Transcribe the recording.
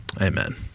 Amen